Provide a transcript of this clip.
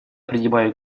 принимаю